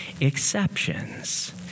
exceptions